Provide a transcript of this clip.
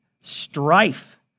strife